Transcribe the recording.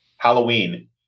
halloween